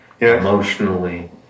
emotionally